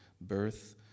Birth